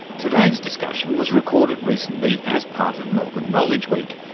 today's discussion was recorded recently as part of melbourne knowledge week.